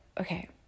Okay